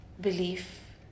belief